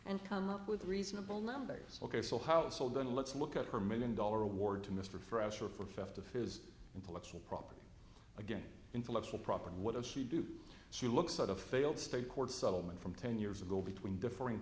and come up with reasonable numbers ok so how so then let's look at her million dollar award to mr fresher fifty intellectual property again intellectual property what does she do she looks at a failed state court settlement from ten years ago between differ